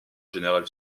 général